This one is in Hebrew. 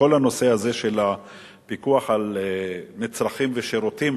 לכל הנושא הזה של הפיקוח על מצרכים ושירותים.